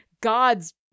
God's